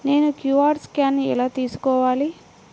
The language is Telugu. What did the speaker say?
నేను క్యూ.అర్ స్కాన్ ఎలా తీసుకోవాలి?